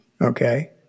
okay